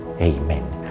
Amen